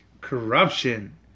Corruption